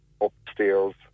upstairs